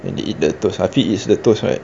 and they eat the toast hafiz eats the toast right